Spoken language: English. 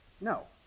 No